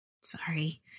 Sorry